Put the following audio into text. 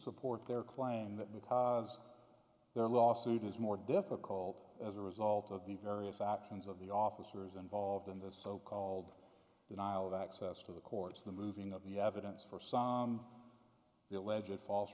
support their claim that because their lawsuit is more difficult as a result of the various actions of the officers involved in this so called denial of access to the courts the moving of the evidence for some of their legit false